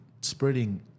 spreading